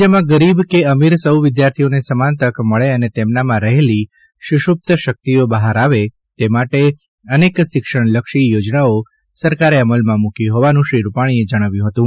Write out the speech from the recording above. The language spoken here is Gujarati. રાજ્યના ગરીબ કે અમીર સૌ વિદ્યાર્થીઓને સમાન તક મળે અને તેમનામાં રહેલી સુષુપ્ત શક્તિઓ બહાર આવે તે માટે અનેક શિક્ષણ લક્ષી યોજનાઓ સરકારે અમલમાં મૂકી હોવાનું શ્રી રૂપાછીએ જણાવ્યું હતું